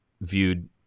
viewed